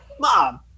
Mom